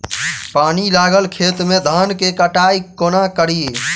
पानि लागल खेत मे धान केँ कटाई कोना कड़ी?